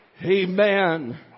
Amen